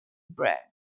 bran